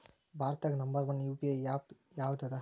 ಭಾರತದಾಗ number one UPI app ಯಾವದದ